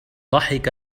ضحك